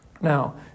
Now